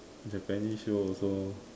Japanese shows also